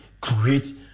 create